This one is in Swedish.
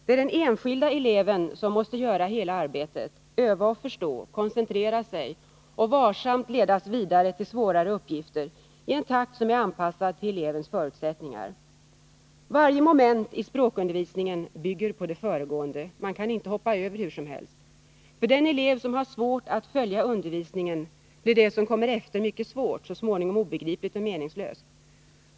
Det är den enskilda eleven som måste göra hela arbetet, öva och förstå, koncentrera sig och varsamt ledas vidare till svårare uppgifter i en takt som är anpassad till elevens förutsättningar. Varje moment i språkundervisningen bygger på det föregående. Man kan inte hoppa över hur som helst. För den elev som har svårt att följa undervisningen blir det som kommer efter mycket svårt, så småningom obegripligt och meningslöst.